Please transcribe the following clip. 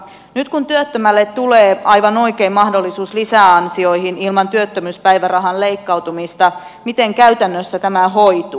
nyt kun työttömälle tulee aivan oikein mahdollisuus lisäansioihin ilman työttömyyspäivärahan leikkautumista miten käytännössä tämä hoituu